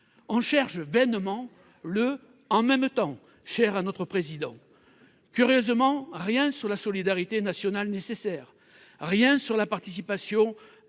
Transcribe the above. On cherche vainement le « en même temps » cher à notre président. Curieusement, rien sur la solidarité nationale nécessaire, rien sur la participation